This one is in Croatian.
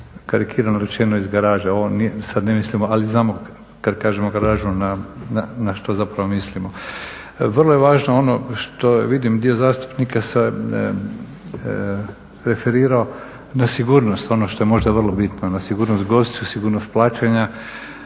karikirano rečeno iz garaže, sada ne mislimo ali znamo kada kažemo garažu na šta zapravo mislimo. Vrlo je važno ono što vidim dio zastupnika se referirao na sigurnost ono što je možda vrlo bitno na sigurnost gostiju, sigurnost plaćanja.